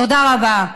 תודה רבה.